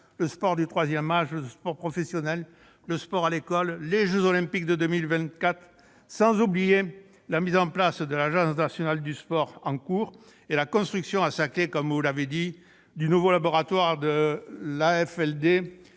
le sport du troisième âge, le sport professionnel, le sport à l'école, les jeux Olympiques de 2024, sans oublier la mise en place de l'Agence nationale du sport et la construction à Saclay du nouveau laboratoire de l'AFLD,